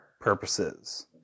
purposes